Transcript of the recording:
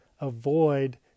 avoid